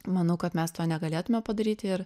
manau kad mes to negalėtume padaryti ir